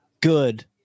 good